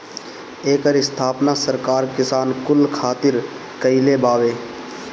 एकर स्थापना सरकार किसान कुल खातिर कईले बावे